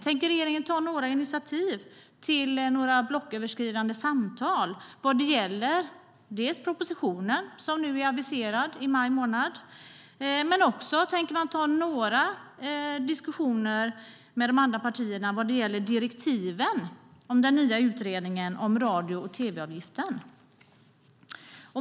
Tänker regeringen ta några initiativ till några blocköverskridande samtal vad gäller den proposition som är aviserad eller till diskussioner med de andra partierna vad gäller direktiven till den nya utredningen om radio och tv-avgiften?